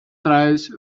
trays